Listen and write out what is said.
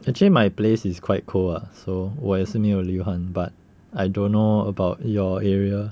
actually my place is quite cold lah so 我也是没有流汗 but I don't know about your area